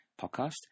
podcast